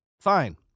Fine